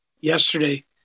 yesterday